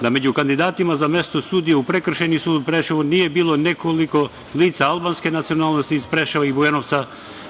da među kandidatima za mesto sudije u Prekršajni sud u Preševu nije bilo nekoliko lica albanske nacionalnosti iz Preševa i Bujanovca